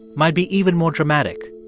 might be even more dramatic.